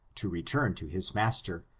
to return to his master,